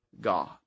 God